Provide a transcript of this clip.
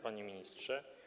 Panie Ministrze!